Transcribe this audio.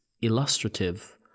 illustrative